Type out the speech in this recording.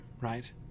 right